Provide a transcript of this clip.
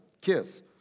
kiss